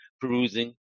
perusing